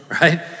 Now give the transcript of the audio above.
right